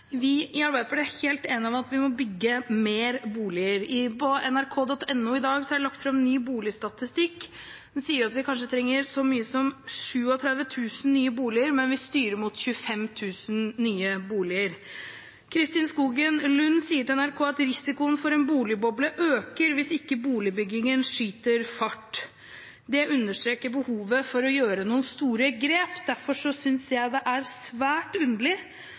Vi i Arbeiderpartiet er helt enig i at vi må bygge flere boliger. På nrk.no i dag er det lagt fram ny boligstatistikk som sier at vi kanskje trenger så mye som 37 000 nye boliger, men vi styrer mot 25 000 nye boliger. Kristin Skogen Lund sier til NRK at risikoen for en boligboble øker hvis ikke boligbyggingen skyter fart. Det understreker behovet for å gjøre noen store grep. Derfor synes jeg det er svært underlig